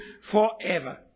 forever